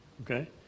Okay